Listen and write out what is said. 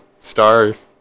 stars